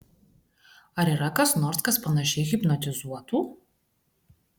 ar yra kas nors kas panašiai hipnotizuotų